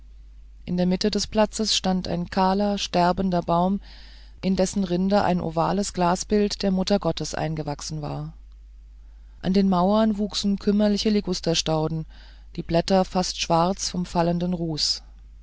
in der mitte des platzes stand ein kahler sterbender baum in dessen rinde ein ovales glasbild der muttergottes eingewachsen war an den mauern wuchsen kümmerliche ligusterstauden die blätter fast schwarz vom fallenden ruß